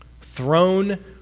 Throne